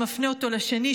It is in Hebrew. שמפנה אותו לשני,